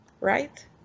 right